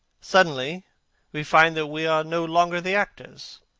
suddenly we find that we are no longer the actors,